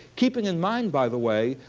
keeping in mind, by the way,